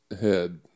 head